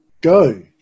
Go